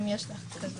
אם יש לה כזאת.